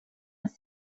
ist